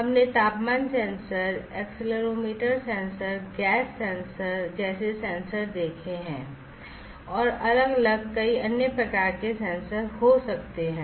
हमने तापमान sensor accelerometer sensor gas sensor जैसे सेंसर देखे हैं अलग अलग कई अन्य प्रकार के सेंसर हो सकते हैं